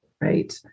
Right